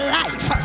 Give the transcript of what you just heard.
life